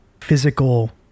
physical